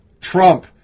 Trump